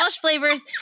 flavors